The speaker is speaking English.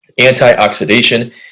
Antioxidation